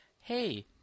hey